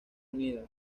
unidas